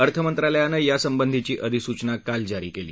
अर्थ मंत्रालयानं यासंबंधीची अधिसूचना काल जारी केली